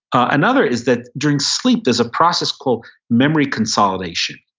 another is that during sleep, there's a process called memory consolidation